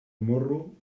morro